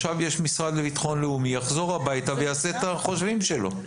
עכשיו יש את המשרד לביטחון לאומי שיחזור הביתה ויעשה את החושבים שלו.